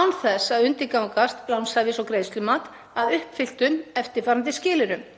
án þess að undirgangast lánshæfis- og greiðslumat, að uppfylltum eftirfarandi skilyrðum: